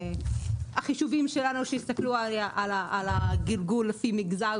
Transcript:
החישובים שלנו שהסתכלו על הגלגול לפי מגזר